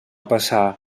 passar